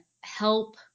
help